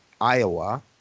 Iowa